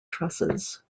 trusses